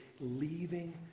leaving